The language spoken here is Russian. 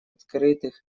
открытых